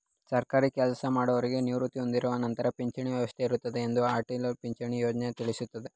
ಸರ್ಕಾರಿ ಕೆಲಸಮಾಡೌರಿಗೆ ನಿವೃತ್ತಿ ಹೊಂದಿದ ನಂತರ ಪಿಂಚಣಿ ವ್ಯವಸ್ಥೆ ಇರುತ್ತೆ ಎಂದು ಅಟಲ್ ಪಿಂಚಣಿ ಯೋಜ್ನ ತಿಳಿಸುತ್ತೆ